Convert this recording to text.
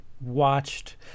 watched